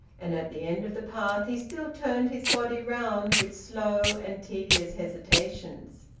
and at the end of the path he still turned his body round with slow and tedious hesitations.